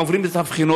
עוברים את הבחינות,